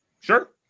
Sure